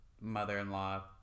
Mother-in-Law